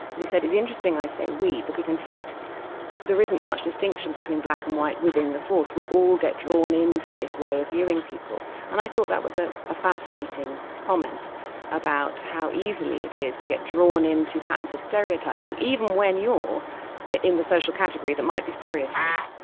and he said, it's interesting i say we because in fact there isn't much distinction between black and white within the force we all get drawn in to this way of viewing people. and i thought that was a fascinating comment about how easy it is to get drawn into patterns of stereotyping, even when you're in the social category that might be stereotyped.